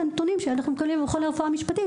הנתונים שאנחנו מקבלים ממכון לרפואה משפטית,